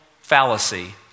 fallacy